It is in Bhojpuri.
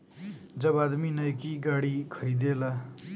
जब आदमी नैकी गाड़ी खरीदेला